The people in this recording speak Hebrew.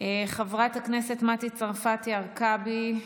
חברת הכנסת מטי צרפתי הרכבי,